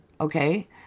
okay